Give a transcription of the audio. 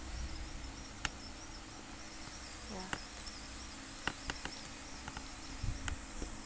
ya